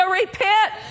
repent